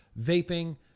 vaping